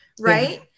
Right